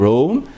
Rome